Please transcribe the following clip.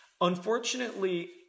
Unfortunately